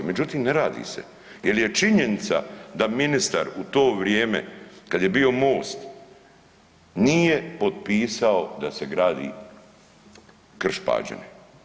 Međutim, ne radi se jer je činjenica da ministar u to vrijeme kad je bio Most nije potpisao da se gradi Krš-Pađene.